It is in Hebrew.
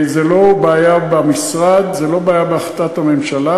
זו לא בעיה במשרד, זו לא בעיה בהחלטת הממשלה.